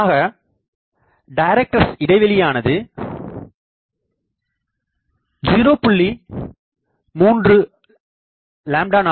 பொதுவாக டைரக்டர்ஸ் இடைவெளியானது 0